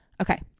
Okay